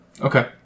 Okay